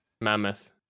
mammoth